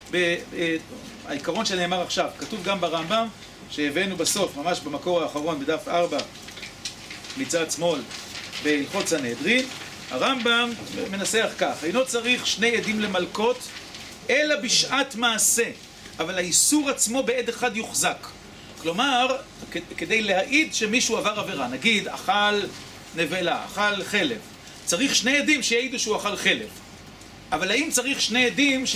העיקרון שנאמר עכשיו, כתוב גם ברמב״ם, שהבאנו בסוף, ממש במקור האחרון בדף ארבע מצד שמאל, בהלכות סנהדרין. הרמב״ם מנסח כך, אינו צריך שני עדים למלקות, אלא בשעת מעשה, אבל האיסור עצמו בעד אחד יוחזק. כלומר, כדי להעיד שמישהו עבר עבירה, נגיד, אכל נבלה, אכל חלב, צריך שני עדים שיעידו שהוא אכל חלב. אבל האם צריך שני עדים...